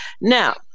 Now